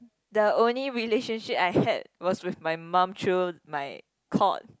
the only relationship I had was with my mum through my court